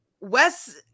Wes